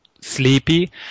sleepy